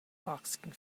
boxing